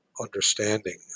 understanding